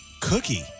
cookie